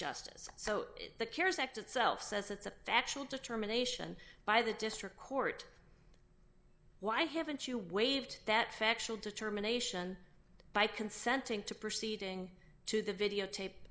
justice so the care sector itself says it's a factual determination by the district court why haven't you waived that factual determination by consenting to proceeding to the videotape